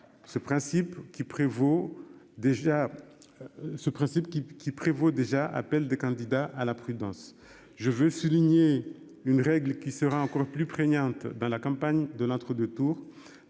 Ce principe qui qui prévaut déjà appel des candidats à la prudence. Je veux souligner une règle qui sera encore plus prégnante dans la campagne de l'entre-deux tours